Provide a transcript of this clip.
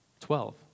Twelve